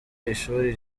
ishuri